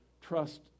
trust